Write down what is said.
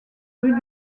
rues